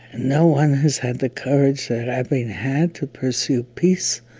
and no one has had the courage that rabin had to pursue peace.